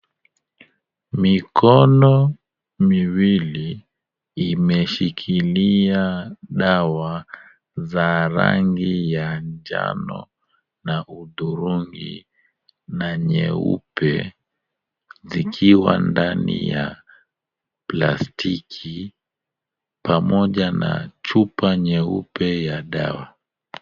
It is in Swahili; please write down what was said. Mikono miwili imeshikilia dawa za rangi ya njano na hudhurungi, na nyeupe, zikiwa ndani ya plastiki, pamoja na chupa nyeupe ya dawa.